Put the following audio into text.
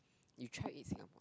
you try eat Singapore